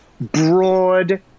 broad